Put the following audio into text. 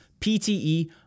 PTE